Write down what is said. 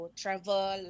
travel